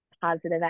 positive